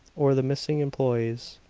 or the missing employees.